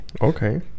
Okay